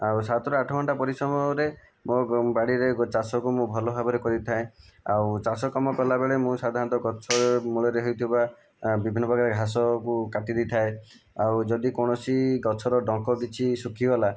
ଆଉ ସାତରୁ ଆଠ ଘଣ୍ଟା ପରିଶ୍ରମରେ ମୋ ବାଡ଼ିରେ ଚାଷକୁ ମୁଁ ଭଲ ଭାବରେ କରିଥାଏ ଆଉ ଚାଷ କାମ କଲାବେଳେ ମୁଁ ସାଧାରଣତଃ ଗଛ ମୂଳରେ ହୋଇଥିବା ବିଭିନ୍ନ ପ୍ରକାର ଘାସକୁ କାଟି ଦେଇଥାଏ ଆଉ ଯଦି କୌଣସି ଗଛର ଡଙ୍କ କିଛି ଶୁଖିଗଲା